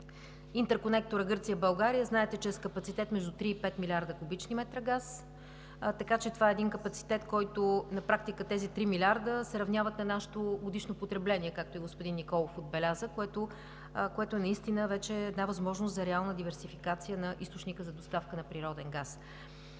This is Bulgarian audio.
Интерконекторът Гърция – България, знаете, че е с капацитет между 3 и 5 млрд. куб. м газ, така че това е капацитет, който на практика – тези 3 млрд., се равняват на нашето годишно потребление, както и господин Николов отбеляза, което наистина е възможност за реална диверсификация на източника за доставка на природен газ.